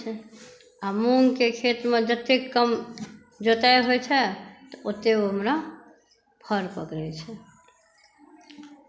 आ मूँगके खेतमे जतेक कम जोताइ होइ छै ओते ओ हमरा फ़र पकड़ै छै